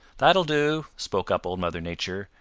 that will do, spoke up old mother nature.